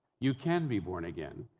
you can be born again.